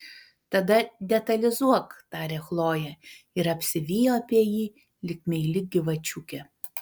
tada detalizuok tarė chlojė ir apsivijo apie jį lyg meili gyvačiukė